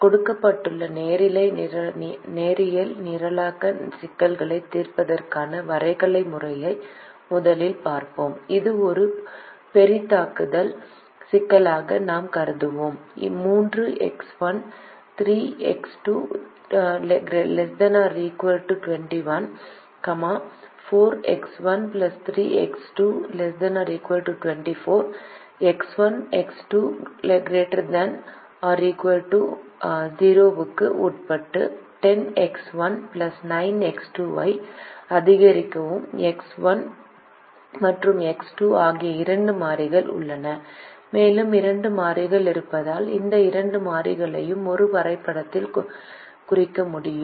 கொடுக்கப்பட்ட நேரியல் நிரலாக்க சிக்கலைத் தீர்ப்பதற்கான வரைகலை முறையை முதலில் பார்ப்போம் இது ஒரு பெரிதாக்குதல் சிக்கலாக நாம் கருதுவோம் 3X1 3X2 ≤ 21 4X1 3X2 ≤ 24 X1 X2 ≥ 0 க்கு உட்பட்டு 10X1 9X2 ஐ அதிகரிக்கவும் எக்ஸ் 1 மற்றும் எக்ஸ் 2 ஆகிய இரண்டு மாறிகள் உள்ளன மேலும் இரண்டு மாறிகள் இருப்பதால் இந்த இரண்டு மாறிகளையும் ஒரு வரைபடத்தில் குறிக்க முடியும்